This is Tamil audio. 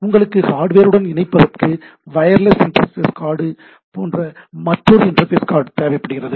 உங்களுக்கு ஹார்டுவேர்ருடன் இணைப்பதற்கு வயர்லெஸ் இன்டர்ஃபேஸ் கார்டு போன்ற மற்றொரு இன்டர்ஃபேஸ் கார்டு தேவைப்படுகிறது